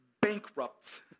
bankrupt